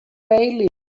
bailey